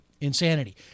insanity